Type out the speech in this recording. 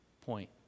point